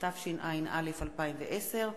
התשע"א 2010,